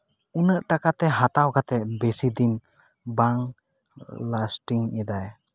ᱩᱱᱟᱹᱜ ᱴᱟᱠᱟᱛᱮ ᱦᱟᱛᱟᱣ ᱠᱟᱛᱮ ᱵᱮᱥᱤ ᱫᱤᱱ ᱵᱟᱝ ᱞᱟᱥᱴᱤᱝ ᱮᱫᱟᱭ